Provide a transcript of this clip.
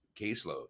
caseload